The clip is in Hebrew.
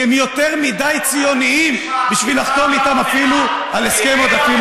כי הם יותר מדי ציונים בשביל לחתום איתם אפילו על הסכם עודפים,